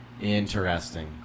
Interesting